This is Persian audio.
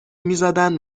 میزدن